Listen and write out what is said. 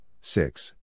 six